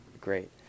great